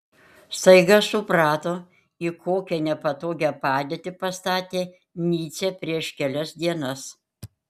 staiga suprato į kokią nepatogią padėtį pastatė nyčę prieš kelias dienas